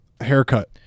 Haircut